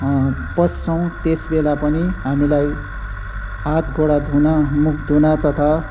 पस्छौँ त्यस बेला पनि हामीलाई हात गोडा धुन मुख धुन तथा